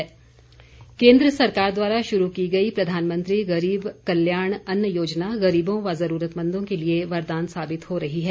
गरीब कल्याण योजना केन्द्र सरकार द्वारा शुरू की गई प्रधानमंत्री गरीब कल्याण अन्न योजना गरीबों व जरूरतमंदों के लिए वरदान साबित हो रही है